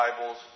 Bibles